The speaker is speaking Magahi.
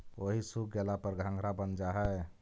ओहि सूख गेला पर घंघरा बन जा हई